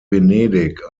venedig